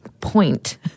Point